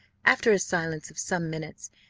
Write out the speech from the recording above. after a silence of some minutes,